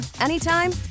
anytime